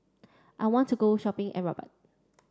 I want to go shopping at Rabat